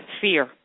Fear